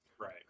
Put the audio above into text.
Right